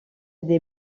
des